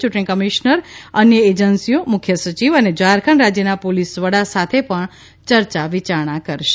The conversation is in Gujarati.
ચૂંટણી કમિશન અન્ય એજન્સીઓ મુખ્ય સચિવ અને ઝારખંડ રાજયના પોલીસવડા સાથે પણ ચર્ચા વિચારણા કરશે